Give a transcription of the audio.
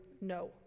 no